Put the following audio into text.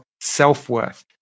self-worth